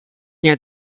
near